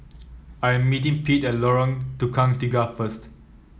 I am meeting Pete Lorong Tukang Tiga first